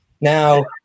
Now